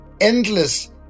endless